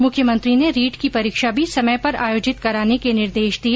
मुख्यमंत्री ने रीट की परीक्षा भी समय पर आयोजित कराने के निर्देश दिए